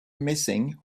missing